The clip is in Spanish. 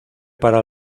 para